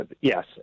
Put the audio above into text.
Yes